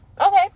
Okay